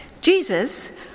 Jesus